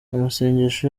amasengesho